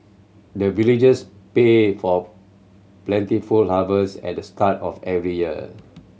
the villagers pray for plentiful harvest at the start of every year